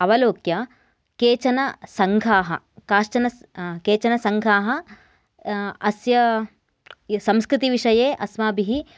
अवलोक्य केचन सङ्घाः काश्चन केचन सङ्घाः अस्य संस्कृतिविषये अस्माभिः